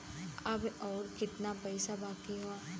अब अउर कितना पईसा बाकी हव?